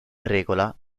regola